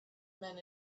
men